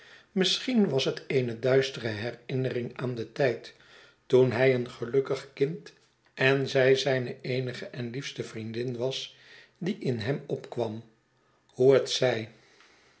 misschien was het eene duistere herinnering aan den tijd toen hij een gelukkig kind en zij zijne eenige en liefste vriendin was die in hem opkwam hoe hetzij hij